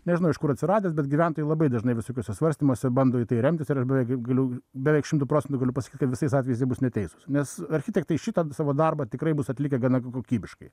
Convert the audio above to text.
nežinau iš kur atsiradęs bet gyventojai labai dažnai visokiuose svarstymuose bando į tai remtis ir aš beveik galiu beveik šimtu procentų galiu pasakyt kad visais atvejais jie bus neteisūs nes architektai šitą savo darbą tikrai bus atlikę gana kokybiškai